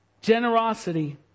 Generosity